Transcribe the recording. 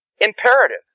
imperative